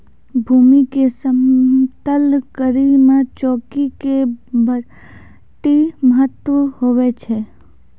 भूमी के समतल करै मे चौकी के बड्डी महत्व हुवै छै